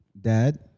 Dad